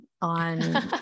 on